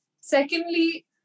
Secondly